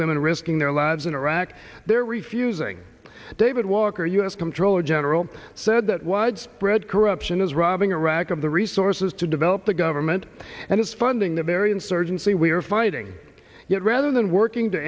women are risking their lives in iraq they're refusing david walker u s comptroller general said that widespread corruption is robbing iraq of the resources to develop the government and its funding the very insurgency we are fighting rather than working to